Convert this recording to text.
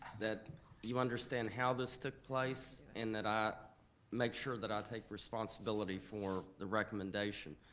that you understand how this took place, and that i make sure that i take responsibility for the recommendation.